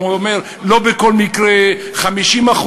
הוא אומר לא בכל מקרה, 50%,